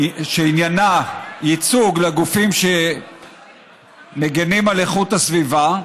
שעניינה ייצוג לגופים שמגינים על איכות הסביבה,